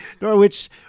Norwich